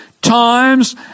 Times